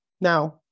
Now